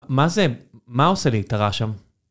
מה זה? מה עושה לי את הרעש שם?